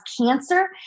cancer